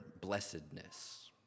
blessedness